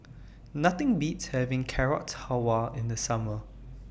Nothing Beats having Carrot Halwa in The Summer